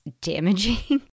damaging